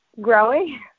growing